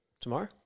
tomorrow